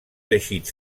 teixit